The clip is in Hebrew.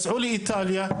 לאיטליה,